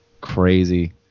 crazy